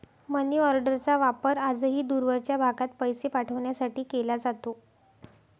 मनीऑर्डरचा वापर आजही दूरवरच्या भागात पैसे पाठवण्यासाठी केला जातो